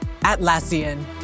Atlassian